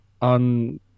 on